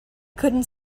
couldn’t